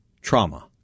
trauma